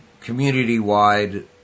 community-wide